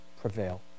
prevail